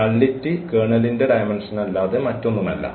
അതിനാൽ നള്ളിറ്റി കേർണലിന്റെ ഡയമെന്ഷൻല്ലാതെ മറ്റൊന്നുമല്ല